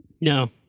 no